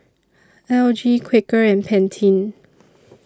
L G Quaker and Pantene